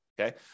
okay